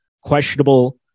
questionable